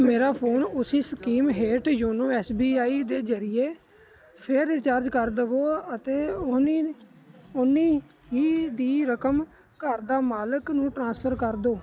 ਮੇਰਾ ਫੋਨ ਉਸੀ ਸਕੀਮ ਹੇਠ ਯੋਨੋ ਐਸ ਬੀ ਆਈ ਦੇ ਜ਼ਰੀਏ ਫੇਰ ਰਿਚਾਰਜ ਕਰ ਦੇਵੋ ਅਤੇ ਓਨੀ ਓਨੀ ਹੀ ਦੀ ਰਕਮ ਘਰ ਦਾ ਮਾਲਕ ਨੂੰ ਟ੍ਰਾਂਸਫਰ ਕਰ ਦਿਓ